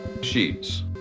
sheets